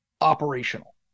operational